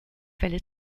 quelle